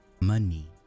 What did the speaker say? Money